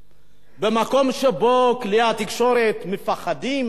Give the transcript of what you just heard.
במקום שבו כלי התקשורת מפחדים מהשלטון,